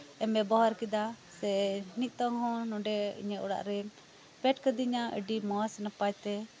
ᱮᱢ ᱵᱮᱵᱚᱦᱟᱨ ᱠᱮᱫᱟ ᱥᱮ ᱱᱤᱛᱚᱜ ᱦᱚᱸ ᱱᱚᱰᱮ ᱤᱧᱟᱹᱜ ᱚᱲᱟᱜ ᱨᱮᱢ ᱥᱮᱴᱮᱨ ᱠᱟᱫᱤᱧᱟ ᱟᱹᱰᱤ ᱢᱚᱸᱡᱽ ᱱᱟᱯᱟᱭ ᱛᱮ